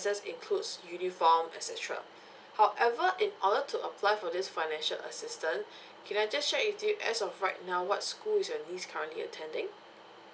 expenses includes uniform et cetera however in order to apply for this financial assistance can I just check with you as of right now what school is your niece currently attending